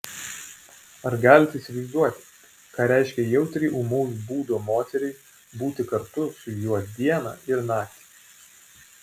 ar galite įsivaizduoti ką reiškia jautriai ūmaus būdo moteriai būti kartu su juo dieną ir naktį